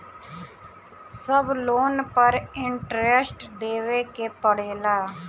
सब लोन पर इन्टरेस्ट देवे के पड़ेला?